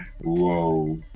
whoa